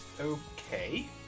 Okay